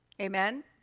Amen